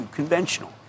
conventional